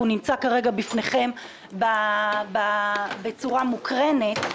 הוא נמצא כרגע בפניכם בצורה מוקרנת,